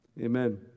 Amen